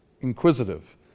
inquisitive